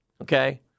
Okay